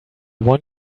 one